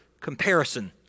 comparison